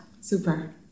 Super